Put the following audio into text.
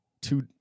two